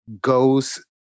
goes